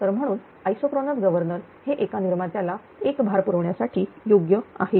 तर म्हणून isochronous governor हे एका निर्मात्याला एक भार पुरवण्यासाठी योग्य आहे